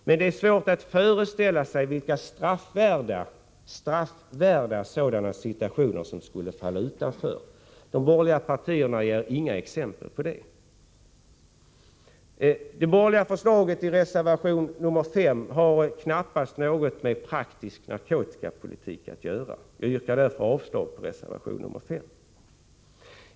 Men det är svårt att föreställa sig vilka straffvärda sådana situationer som skulle falla utanför. De borgerliga partierna ger inga exempel på det. Det borgerliga förslaget i reservation nr 5 har knappast något med praktisk narkotikapolitik att göra. Jag yrkar därför avslag på reservation nr 5.